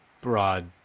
broad